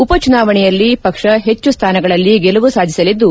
ಉಪ ಚುನಾವಣೆಯಲ್ಲಿ ಪಕ್ಷ ಹೆಚ್ಚು ಸ್ಥಾನಗಳಲ್ಲಿ ಗೆಲುವು ಸಾಧಿಸಲಿದ್ದು